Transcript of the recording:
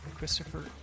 Christopher